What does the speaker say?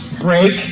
break